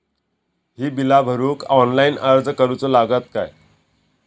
ही बीला भरूक ऑनलाइन अर्ज करूचो लागत काय?